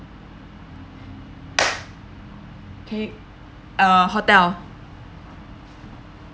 okay uh hotel